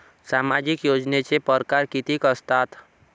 सामाजिक योजनेचे परकार कितीक असतात?